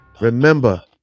remember